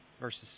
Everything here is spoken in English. verses